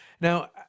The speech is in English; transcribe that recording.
Now